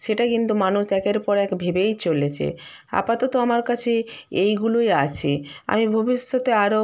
সেটা কিন্তু মানুষ একের পর এক ভেবেই চলেছে আপাতত আমার কাছে এইগুলোই আছে আমি ভবিষ্যতে আরও